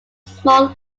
small